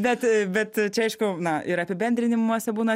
bet bet čia aišku na ir apibendrinimuose būna